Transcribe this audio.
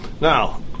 Now